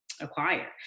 acquire